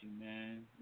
man